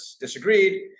disagreed